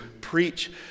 preach